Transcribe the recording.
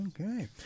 Okay